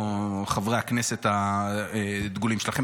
או את חברי הכנסת הדגולים שלכם.